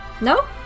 No